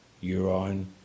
urine